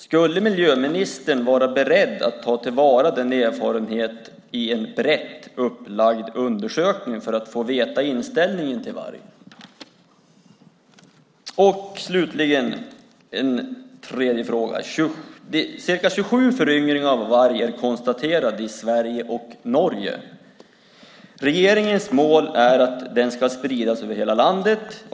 Skulle miljöministern vara beredd att ta till vara den erfarenheten i en brett upplagd undersökning för att få veta inställningen till varg? Slutligen en tredje fråga: Ca 27 föryngringar av varg är konstaterade i Sverige och Norge. Regeringens mål är att den ska spridas över hela landet.